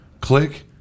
Click